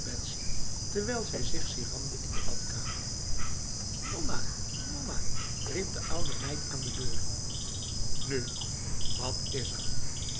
terwijl zij zich siramde in de badkameif nonna nonna riep de oude meid aan de deur nu wat is er